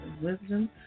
Wisdom